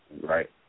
right